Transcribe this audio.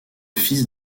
fils